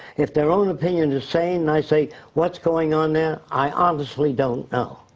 if their own opinion is sane, i say what's going on there? i honestly don't know.